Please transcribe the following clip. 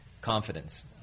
confidence